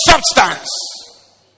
substance